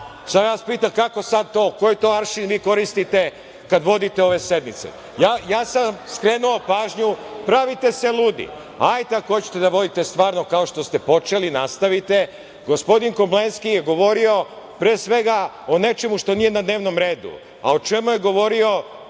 Sada vas pitam – kako sada to? Koji to aršin vi koristite kada vodite ove sednice? Ja sam vam skrenuo pažnju. Pravite se ludi. Ajde, ako hoćete da vodite stvarno kao što ste počeli, nastavite. Gospodin Komlenski je govorio pre svega o nečemu što nije na dnevnom redu. A, o čemu je govorio,